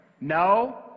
No